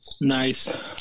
nice